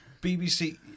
BBC